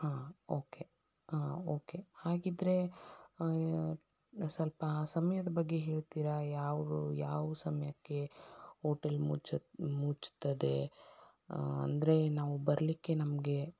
ಹಾಂ okay okay ಹಾಗಿದ್ದರೆ ಸ್ವಲ್ಪ ಸಮಯದ ಬಗ್ಗೆ ಹೇಳ್ತೀರಾ ಯಾವ ಯಾವ ಸಮಯಕ್ಕೆ ಓಟೆಲ್ ಮುಚ್ಚುತ್ತೆ ಮುಚ್ತದೆ ಅಂದರೆ ನಾವು ಬರ್ಲಿಕ್ಕೆ ನಮಗೆ